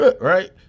Right